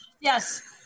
Yes